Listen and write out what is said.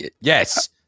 Yes